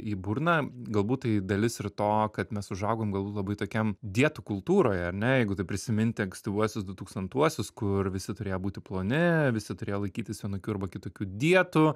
į burną galbūt tai dalis ir to kad mes užaugom galbūt labai tokiam dietų kultūroje ar ne jeigu taip prisiminti ankstyvuosius du tūkstantuosius kur visi turėjo būti ploni visi turėjo laikytis vienokių arba kitokių dietų